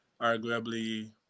arguably